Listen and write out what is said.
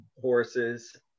horses